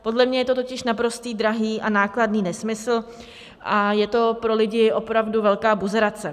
Podle mě je to totiž naprostý drahý a nákladný nesmysl a je to pro lidi opravdu velká buzerace.